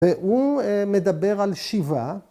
‫והוא מדבר על שיבה.